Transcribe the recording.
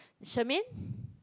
Shermaine